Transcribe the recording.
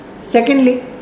secondly